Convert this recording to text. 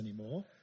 anymore